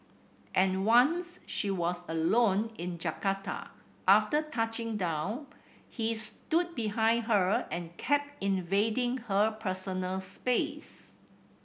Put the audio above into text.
and once she was alone in Jakarta after touching down he stood behind her and kept invading her personal space